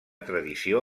tradició